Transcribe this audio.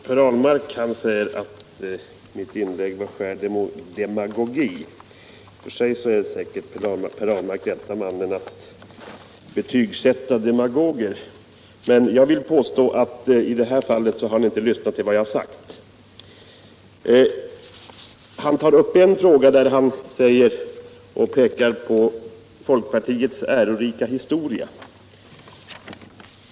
Herr talman! Per Ahlmark säger att mitt inlägg var ren och skär demagogi. I och för sig är säkert Per Ahlmark rätte mannen att betygsätta demagoger, men jag vill påstå att han i det här fallet inte har lyssnat på vad jag har sagt. Han tar upp en fråga där han pekar på folkpartiets ärorika historia.